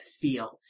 feel